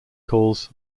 calls